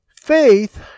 Faith